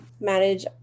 manage